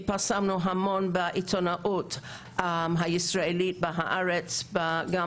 התפרסמנו המון בעיתונות הישראלית, ב"הארץ", גם